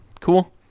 Cool